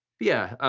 yeah,